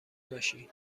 ماشین